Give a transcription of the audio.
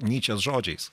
nyčės žodžiais